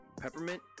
peppermint